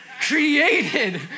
created